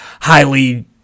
highly